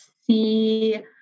see